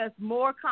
more